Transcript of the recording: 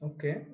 Okay